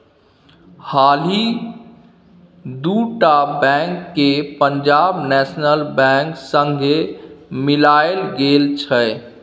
हालहि दु टा बैंक केँ पंजाब नेशनल बैंक संगे मिलाएल गेल छै